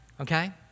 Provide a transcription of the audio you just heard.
Okay